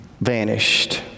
vanished